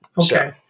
Okay